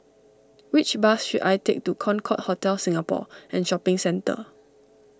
which bus should I take to Concorde Hotel Singapore and Shopping Centre